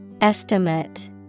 Estimate